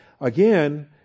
again